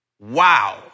Wow